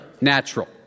natural